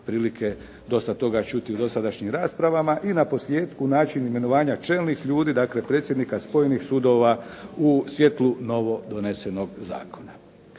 prilike dosta toga čuti u dosadašnjim raspravama i naposljetku način imenovanja čelnih ljudi, dakle predsjednika spojenih sudova u svjetlu novo donesenog zakona.